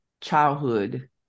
childhood